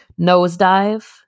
Nosedive